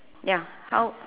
ya how